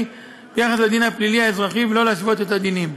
ביחס לדין הפלילי האזרחי ולא להשוות את הדינים.